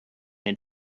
had